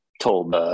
told